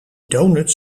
donuts